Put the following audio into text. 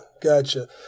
gotcha